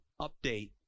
update